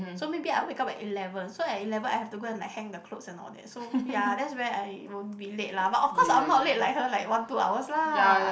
so maybe I wake up at eleven so I eleven I have to go and like hang the clothes and all that so ya that's where I will be late lah but of course I'm not late like her like one two hours lah